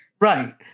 Right